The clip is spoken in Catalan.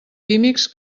químics